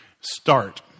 Start